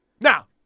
Now